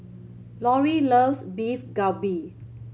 Lorrie loves Beef Galbi